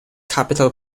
capital